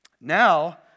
Now